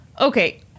okay